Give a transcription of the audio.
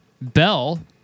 Bell